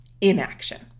Inaction